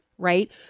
Right